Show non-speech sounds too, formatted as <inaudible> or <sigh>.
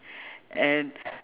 <breath> and <breath>